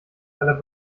aller